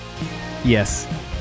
Yes